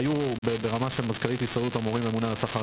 היו ברמה של מזכירת הסתדרות המורים והממונה על השכר,